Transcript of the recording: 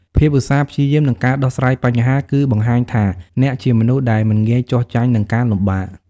ភាពឧស្សាហ៍ព្យាយាម និងការដោះស្រាយបញ្ហា គឺបង្ហាញថាអ្នកជាមនុស្សដែលមិនងាយចុះចាញ់នឹងការលំបាក។